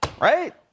Right